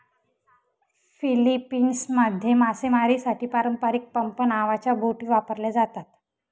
फिलीपिन्समध्ये मासेमारीसाठी पारंपारिक पंप नावाच्या बोटी वापरल्या जातात